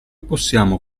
possiamo